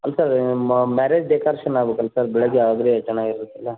ಅಂತದು marriage decoration ಆಗಬೇಕಂತ ಬೆಳಿಗ್ಗೆ ಆದರೆ ಚೆನ್ನಾಗಿರ್ತಿತ್ತಲ್ಲ